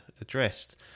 addressed